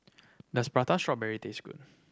does Prata Strawberry taste good